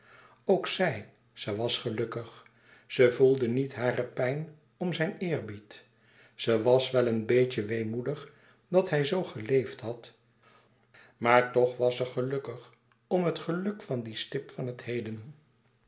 ook zij ze was gelukkig ze voelde niet hare pijn om zijn eerbied ze was wel een beetje weemoedig dat hij zoo geleefd had maar toch was ze gelukkig om het geluk van die stip van het heden